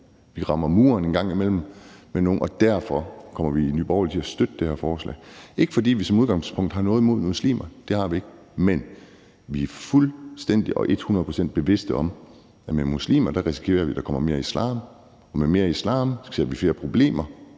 Vi rammer muren en gang imellem, og derfor kommer vi i Nye Borgerlige til at støtte det her forslag. Det er ikke, fordi vi som udgangspunkt har noget imod muslimer – det har vi ikke – men vi er fuldstændig og et hundrede procent bevidste om, at med muslimer risikerer vi, at der kommer mere islam, og med mere islam ser vi flere problemer